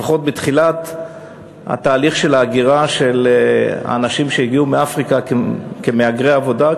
לפחות בתחילת תהליך ההגירה של האנשים שהגיעו מאפריקה כמהגרי עבודה,